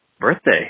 birthday